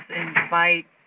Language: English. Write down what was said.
invite